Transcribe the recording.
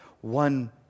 One